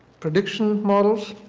prediction models